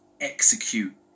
execute